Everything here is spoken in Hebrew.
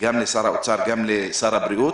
גם לשר האוצר וגם לשר הבריאות